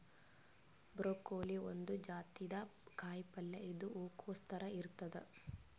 broccoli ಒಂದ್ ಜಾತಿದ್ ಕಾಯಿಪಲ್ಯ ಇದು ಹೂಕೊಸ್ ಥರ ಇರ್ತದ್